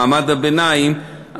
מעמד הביניים,